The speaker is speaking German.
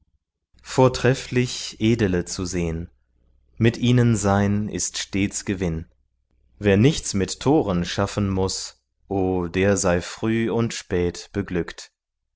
vortrefflich edele zu sehn mit ihnen sein ist stets gewinn wer nichts mit toren schaffen muß o der sei früh und spät beglückt